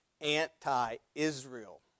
anti-Israel